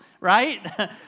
right